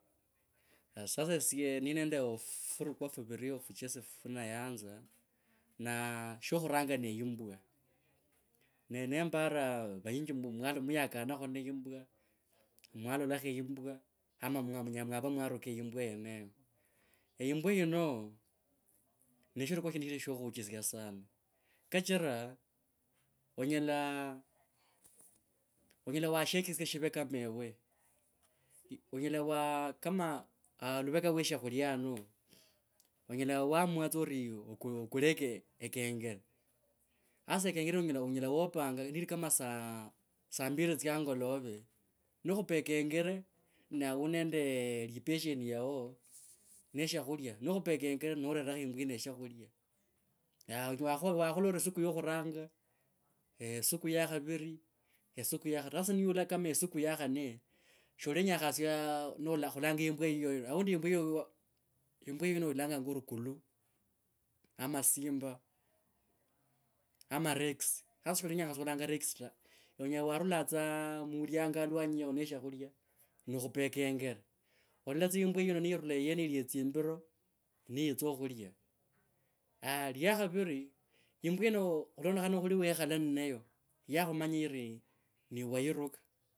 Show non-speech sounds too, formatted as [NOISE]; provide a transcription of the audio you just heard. Sasa esye ni nendo furukwe furiri ofuchesi fwo nayanza, na, shokhuranya ne yimwa, nembara vanyinji mwa, mwayakanakho ne yimbwa, mwalolakho e yimbwa ama munya, munyala mwava mwaruka yimbwa yenego e yimbwa yino, ne shirikho shindu sho khuuchisia sana kachira onyela, onyela washechisye shivo kama ewe onyela wa kama aluveke we shakulya hano, onyela wamua tsa ori, ovu, ovukule e ekengele, hasa ekongele yino onyela wopanga ni yili kama saa mbiri tsya angolove, nokhupa e kengele na uende lipesheni yao, ne shakhulya. [HESITATION] onyela wakho, wakhola orio e suku yokhuranga [HESITATION] suku ya khaviri, es uku ya khataru. Hasa ni yula kama esuku ya khanne sholenyakhasia nola, khulanga yimbwa yiyo aundi yimbwa yiyo oilanganga ori clue ama simba, ama rex, sasa sholenyakhasia khulanga rex ta. Onyela warula tsa muliango alwanyi yao ne shakulya nokhupa e kengere. Olalola tsa yimbwa yino nirule wenerya tsimbiro ni yitsa khulia, ahh iya khaviri, yimbwa yino khulondekhana khulinga wekhala nayo yakhumanya ivi niwe wairuka.